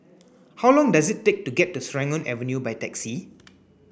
how long does it take to get to Serangoon Avenue by taxi